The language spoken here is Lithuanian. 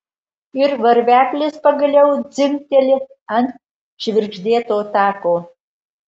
ir varveklis pagaliau dzingteli ant žvirgždėto tako